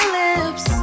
lips